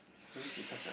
risk is such a